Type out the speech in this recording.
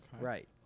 Right